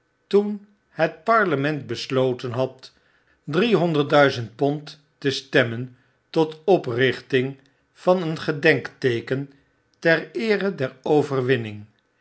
toen het parlement besloten had driehoaderd duizend pond te stemmen tot oprichting van een gedenkteeken ter eere der overwinning